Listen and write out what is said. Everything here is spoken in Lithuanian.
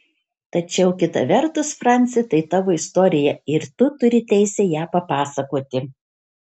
tačiau kita vertus franci tai tavo istorija ir tu turi teisę ją papasakoti